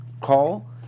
call